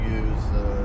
use